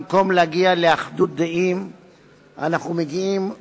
במקום להגיע לאחדות דעים אנחנו מגיעים לריב,